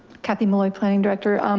cathy mueller planning director.